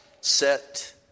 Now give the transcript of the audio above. set